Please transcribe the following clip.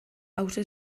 hauxe